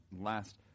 last